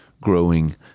growing